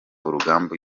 urugamba